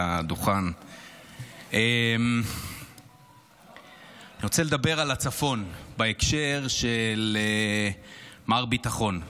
אני רוצה לדבר על הצפון בהקשר של מר ביטחון,